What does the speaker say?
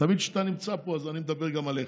תמיד כשאתה נמצא פה אז אני מדבר גם עליך,